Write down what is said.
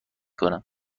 کنم